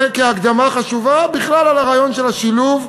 זה כהקדמה חשובה בכלל על הרעיון של השילוב,